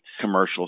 commercial